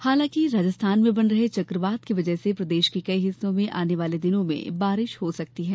हालांकि राजस्थान में बन रहे चकवात की वजह से प्रदेश के कई हिस्सों में आने वाले दिनों में बारिश हो सकती है